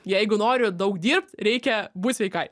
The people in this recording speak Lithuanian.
jeigu noriu daug dirbt reikia būt sveikai